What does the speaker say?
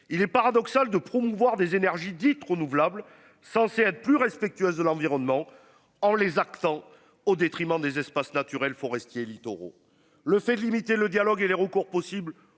Il est paradoxal de promouvoir des énergies dites renouvelables, censé être plus respectueuse de l'environnement en les accents au détriment des espaces naturels forestier littoraux. Le fait de limiter le dialogue et les recours possibles